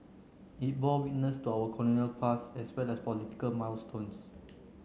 it bore witness to our colonial past as well as political milestones